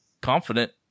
confident